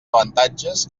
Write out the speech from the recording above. avantatges